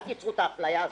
אל תתחילו ליצור אפליה כזאת.